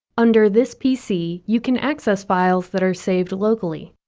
under this pc, you can access files that are saved locally.